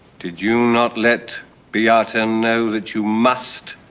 did you not let beata know that you must,